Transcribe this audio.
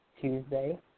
Tuesday